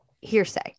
hearsay